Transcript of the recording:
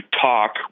talk